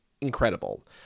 incredible